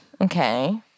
Okay